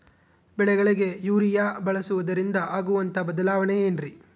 ಬೆಳೆಗಳಿಗೆ ಯೂರಿಯಾ ಬಳಸುವುದರಿಂದ ಆಗುವಂತಹ ಬದಲಾವಣೆ ಏನ್ರಿ?